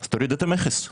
אז תורידו את המכס.